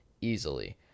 easily